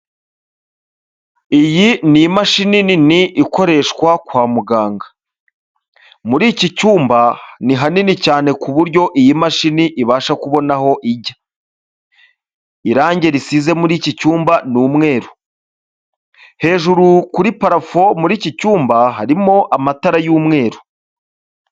Iyi ni imashini nini ikoreshwa kwa muganga, muri iki cyumba ni hanini cyane ku buryo iyi mashini ibasha kubona aho ijya, irange risize muri iki cyumba ni umweru, hejuru kuri parafo muri iki cyumba harimo amatara y'umweru.